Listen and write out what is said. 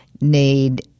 need